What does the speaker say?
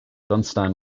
dunstan